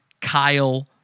Kyle